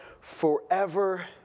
forever